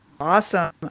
Awesome